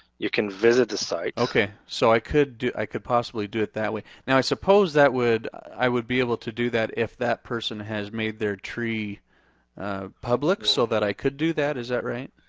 you can visit the site. okay, so i could, i could possibly do it that way. now i suppose that would, i would be able to do that if that person has made their tree public, so that i could do that, is that right?